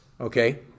okay